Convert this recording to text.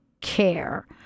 care